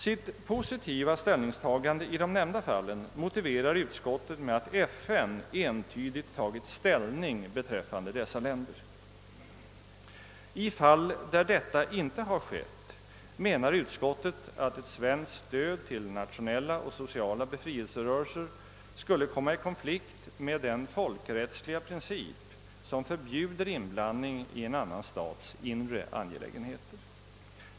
Sitt positiva ställningstagande i de nämnda fallen motiverar utskottet med att FN entydigt tagit ställning beträffande dessa länder. I fall där detta inte har skett menar utskottet att ett svenskt stöd till nationella och sociala befrielserörelser skulle komma i konflikt med den folkrättsliga princip som förbjuder inblandning i en annan stats inre angelägenheter.